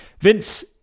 Vince